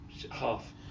Half